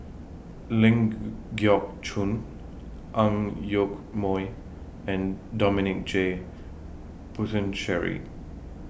Ling Geok Choon Ang Yoke Mooi and Dominic J Puthucheary